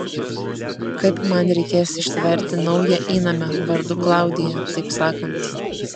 kaip man reikės ištverti naują įnamę vardu klaudija taip sakant